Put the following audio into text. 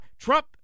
Trump